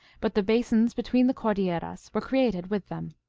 but the basins between the cordilleras were created with them.